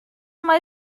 mae